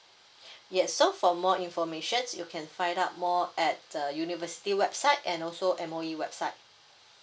yes so for more information you can find out more at the university website and also M_O_E website